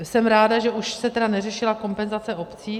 Jsem ráda, že už se tedy neřešila kompenzace obcí.